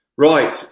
Right